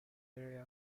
area